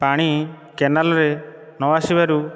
ପାଣି କେନାଲ୍ରେ ନ ଆସିବାରୁ